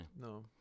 No